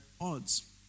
odds